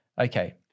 Okay